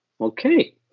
Okay